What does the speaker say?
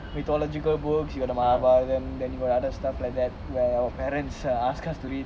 methological books mahabaratham and other stuff like that where parents ask us to read